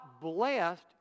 blessed